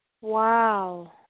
Wow